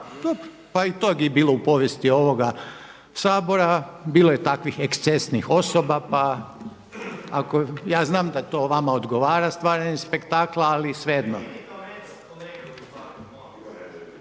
pa i tog je bilo u povijesti ovoga Sabora, bilo je takvih ekscesnih osoba pa, ja znam da to vama odgovara stvaranje spektakla, ali svejedno.